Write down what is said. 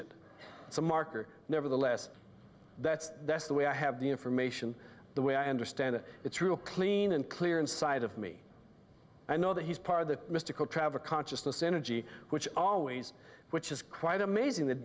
et it's a marker nevertheless that's that's the way i have the information the way i understand it it's real clean and clear inside of me i know that he's part of the mystical travel consciousness energy which always which is quite amazing th